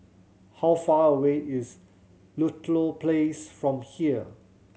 how far away is Ludlow Place from here